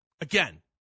again